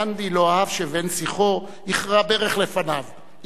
גנדי לא אהב שבן-שיחו יכרע לפניו ברך,